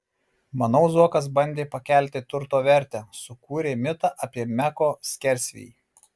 manau zuokas bandė pakelti turto vertę sukūrė mitą apie meko skersvėjį